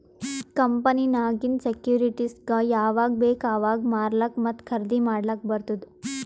ಕಂಪನಿನಾಗಿಂದ್ ಸೆಕ್ಯೂರಿಟಿಸ್ಗ ಯಾವಾಗ್ ಬೇಕ್ ಅವಾಗ್ ಮಾರ್ಲಾಕ ಮತ್ತ ಖರ್ದಿ ಮಾಡ್ಲಕ್ ಬಾರ್ತುದ್